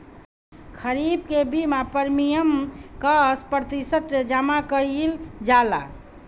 खरीफ के बीमा प्रमिएम क प्रतिशत जमा कयील जाला?